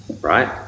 right